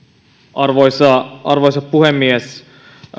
arvoisa arvoisa puhemies